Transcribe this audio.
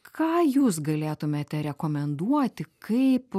ką jūs galėtumėte rekomenduoti kaip